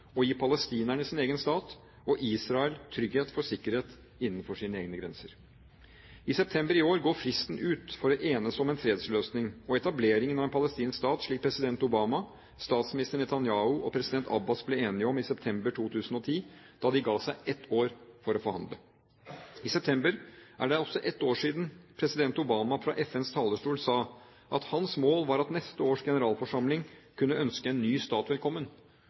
og gi palestinerne sin egen stat og Israel trygghet for sikkerhet innenfor sine egne grenser. I september i år går fristen ut for å enes om en fredsløsning og etableringen av en palestinsk stat, slik president Obama, statsminister Netanyahu og president Abbas ble enige om i september 2010, da de ga seg selv ett år for å forhandle. I september er det også ett år siden president Obama fra FNs talerstol sa at hans mål var at neste års generalforsamling kunne ønske en ny stat velkommen